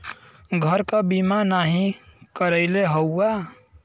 घर क बीमा नाही करइले हउवा